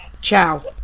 ciao